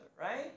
right